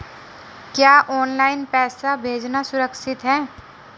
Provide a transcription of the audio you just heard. क्या ऑनलाइन पैसे भेजना सुरक्षित है?